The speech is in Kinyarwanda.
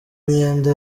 imyenda